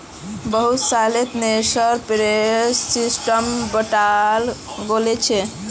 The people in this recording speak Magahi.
बहुत सालत नेशनल पेंशन सिस्टमक बंटाल गेलछेक